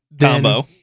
Combo